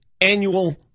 annual